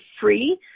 free